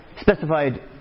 specified